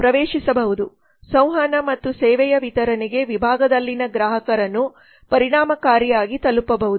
ಪ್ರವೇಶಿಸಬಹುದು ಸಂವಹನ ಮತ್ತು ಸೇವೆಯ ವಿತರಣೆಗೆ ವಿಭಾಗದಲ್ಲಿನ ಗ್ರಾಹಕರನ್ನು ಪರಿಣಾಮಕಾರಿಯಾಗಿ ತಲುಪಬಹುದು